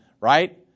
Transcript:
right